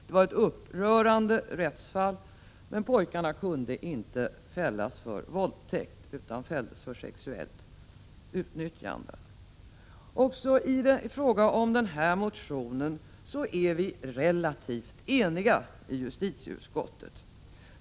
Det var ett upprörande rättsfall, men pojkarna kunde inte fällas för våldtäkt utan för sexuellt utnyttjande. Också i fråga om den här motionen är vi relativt eniga i justitieutskottet.